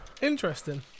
interesting